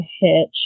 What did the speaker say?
hitch